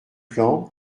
plan